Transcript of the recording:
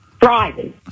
driving